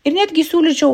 ir netgi siūlyčiau